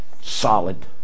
solid